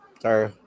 Sorry